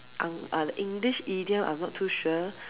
Ang~ uh the English idiom I'm not too sure